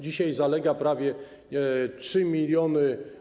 Dzisiaj zalega prawie 3 mln